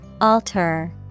Alter